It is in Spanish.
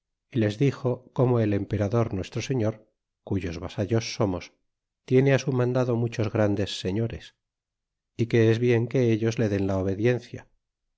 y les dixo como el emperador nuestro señor cuyos vasallos somos tiene á su mandado muchos grandes señores y que es bien que ellos le den la obediencia